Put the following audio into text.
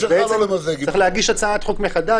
אז צריך להגיש הצעת חוק מחדש,